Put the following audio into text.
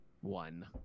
one